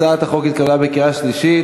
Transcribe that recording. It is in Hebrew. הצעת החוק התקבלה בקריאה שלישית.